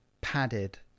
padded